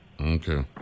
Okay